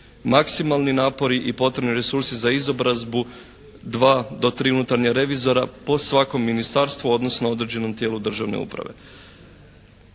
maksimalni napori i potrebni resursi za izobrazbu dva do tri unutarnja revizora po svakom ministarstvu, odnosno određenom tijelu državne uprave.